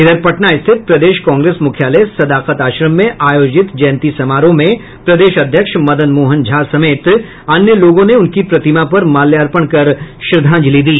इधर पटना स्थित प्रदेश कांग्रेस मुख्यालय सदाकत आश्रम में आयोजित जयंती समारोह में प्रदेश अध्यक्ष मदन मोहन झा समेत अन्य लोगों ने उनकी प्रतिमा पर माल्यार्पण कर श्रद्धांजलि दी